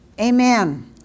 Amen